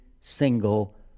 single